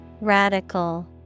Radical